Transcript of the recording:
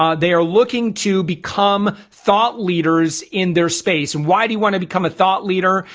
um they are looking to become thought leaders in their space. why do you want to become a thought leader?